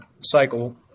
cycle